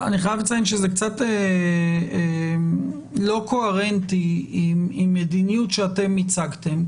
אני חייב לציין שזה קצת לא קוהרנטי עם מדיניות שאתם הצגתם,